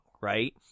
right